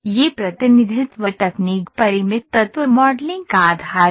यह प्रतिनिधित्व तकनीक परिमित तत्व मॉडलिंग का आधार है